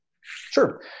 Sure